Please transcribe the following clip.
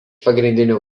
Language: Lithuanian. pagrindinių